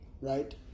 right